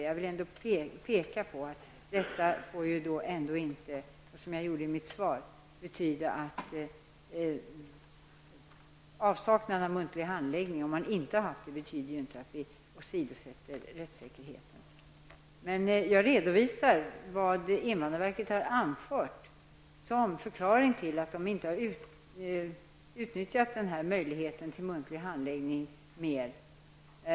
Jag vill ändå peka på att detta, som jag sade i mitt svar, inte får betyda att en avsaknad av muntlig handläggning innebär att vi åsidosätter rättssäkerheten. Jag redovisar vad invandrarverket har anfört som förklaring till att man inte mer har utnyttjat möjligheten till muntlig handläggning.